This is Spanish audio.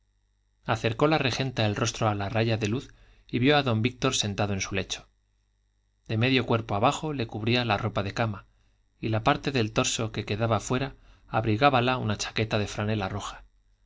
acercó la regenta el rostro a la raya de luz y vio a don víctor sentado en su lecho de medio cuerpo abajo le cubría la ropa de la cama y la parte del torso que quedaba fuera abrigábala una chaqueta de franela roja